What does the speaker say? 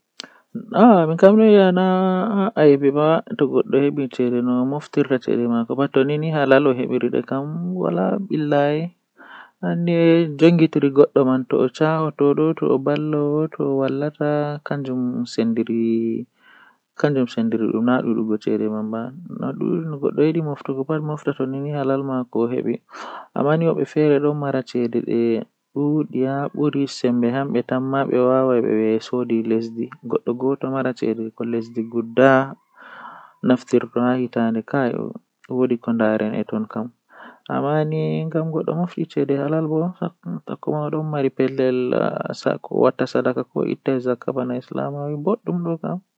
Taalel taalel jannata booyel, Woodi bingel feere ni odon mari babi nyende odon joodi tan sei babi man fuddi wolwugo ovi haa babi adon wolwa na babi wee ehe midon wolwa mi wawi wolde ko ndei bo midon nana ko awiyata, Sei ovi toh mi hebi soobajo hande kan handi en tokka yewtugo onani beldum bebi manma nani beldum, Takala mulus,